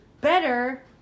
better